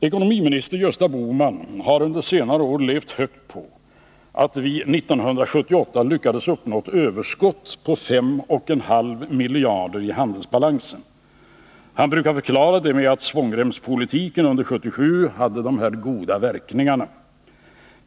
Ekonomiminister Gösta Bohman har under senare år levt högt på att vi 1978 lyckades uppnå ett överskott på 5,5 miljarder i handelsbalansen. Han brukar förklara det med att svångremspolitiken under 1977 hade dessa goda verkningar.